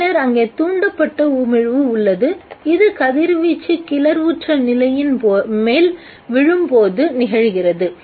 பின்னர் அங்கே தூண்டப்பட்ட உமிழ்வு உள்ளது இது கதிர்வீச்சு கிளர்வுற்ற நிலையின்மேல் விழும்போது நிகழ்கிறது